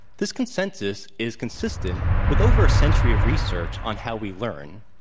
this consensus is consistent with over a century of research on how we learn.